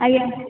ଆଜ୍ଞା